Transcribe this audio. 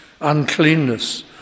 uncleanness